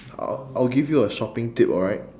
I'll I'll give you a shopping tip alright